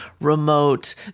remote